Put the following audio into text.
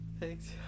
Thanks